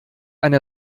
eine